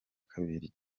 kabiri